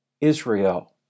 Israel